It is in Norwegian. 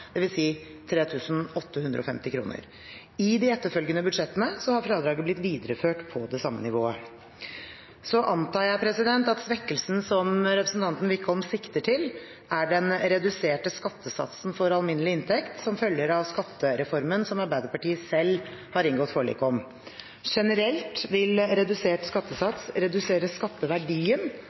I de etterfølgende budsjettene har fradragene blitt videreført på det samme nivået. Jeg antar at svekkelsen som representanten Wickholm sikter til, er den reduserte skattesatsen for alminnelig inntekt som følger av skattereformen som Arbeiderpartiet selv har inngått forlik om. Generelt vil redusert skattesats redusere skatteverdien